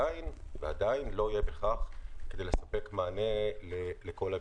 ועדיין לא יהיה בכך כדי לספק מענה לכל הביקוש.